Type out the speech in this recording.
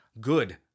Good